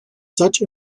such